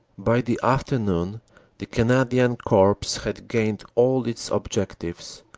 by the afternoon the canadian corps had gained all its objectives,